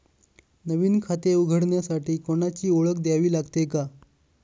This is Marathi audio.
नवीन खाते उघडण्यासाठी कोणाची ओळख द्यावी लागेल का?